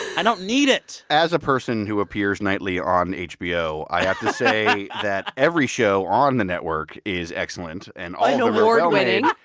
i don't need it as a person who appears nightly on hbo, i have to say that every show on the network is excellent. and all the. and award-winning.